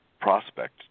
prospect